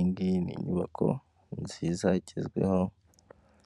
Indi ni inyubako nziza igezweho,